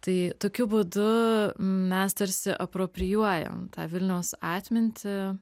tai tokiu būdu mes tarsi aproprijuojam tą vilniaus atmintį